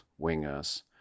wingers